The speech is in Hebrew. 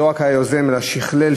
שלא רק יזם אלא שכלל,